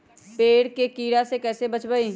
पेड़ के कीड़ा से कैसे बचबई?